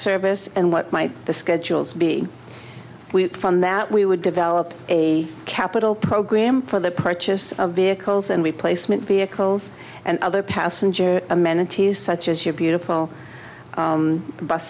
service and what might the schedules be from that we would develop a capital program for the purchase of vehicles and we placement vehicles and other passenger amenities such as your beautiful